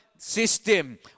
system